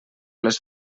les